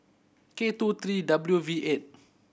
K two three W V eight